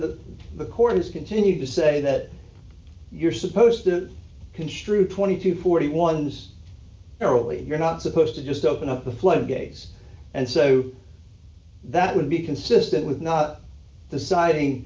that the court has continued to say that you're supposed to construe twenty to forty one's airily you're not supposed to just open up the floodgates and so that would be consistent with not deciding